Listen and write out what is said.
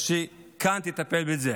אז שכאן תטפל בזה.